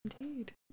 indeed